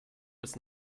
bis